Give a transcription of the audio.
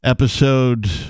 Episode